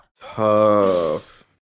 Tough